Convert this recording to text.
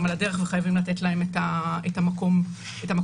על הדרך וחייבים לתת להן את המקום שלהן.